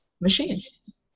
machines